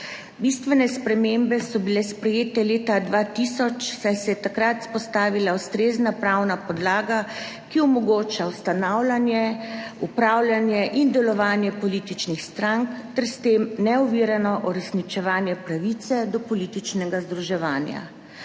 Bistvene spremembe so bile sprejete leta 2000, saj se je takrat vzpostavila ustrezna pravna podlaga, ki omogoča ustanavljanje, upravljanje in delovanje političnih strank ter s tem neovirano uresničevanje pravice do političnega združevanja.